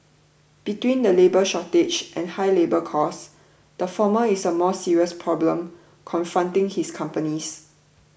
between the labour shortage and high labour costs the former is a more serious problem confronting his companies